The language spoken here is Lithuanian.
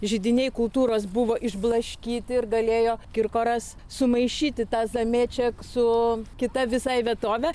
židiniai kultūros buvo išblaškyti ir galėjo kirkoras sumaišyti tą zamėček su kita visai vietove